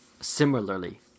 similarly